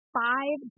five